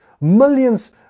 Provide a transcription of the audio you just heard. Millions